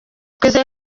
twizeye